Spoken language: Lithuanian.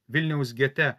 vilniaus gete